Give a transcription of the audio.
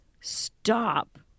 stop